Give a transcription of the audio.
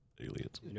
Aliens